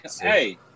Hey